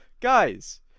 Guys